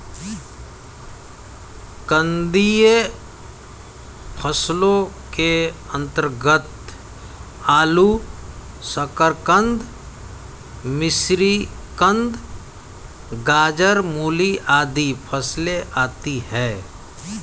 कंदीय फसलों के अंतर्गत आलू, शकरकंद, मिश्रीकंद, गाजर, मूली आदि फसलें आती हैं